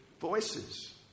voices